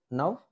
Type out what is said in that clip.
now